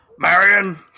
Marion